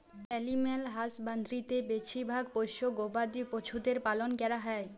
animal হাসবাঁদরিতে বেছিভাগ পোশ্য গবাদি পছুদের পালল ক্যরা হ্যয়